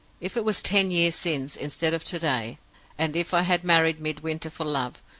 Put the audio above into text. if it was ten years since, instead of to-day and if i had married midwinter for love,